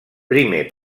primer